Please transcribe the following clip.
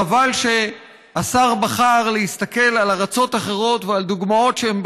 חבל שהשר בחר להסתכל על ארצות אחרות ועל דוגמאות שהן,